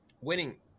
winning